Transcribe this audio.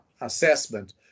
assessment